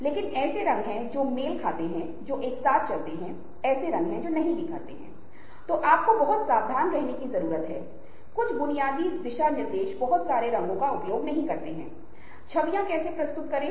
और वेब की अपार संभावनाओं के साथ आप देखते हैं कि अब नए प्रतिमानों का एक समूह विकसित हो चुका है नए दिशा निर्देशों का एक सेट तलाशना होगा और यही कारण है कि हम इन सभी बातों पर चर्चा कर रहे हैं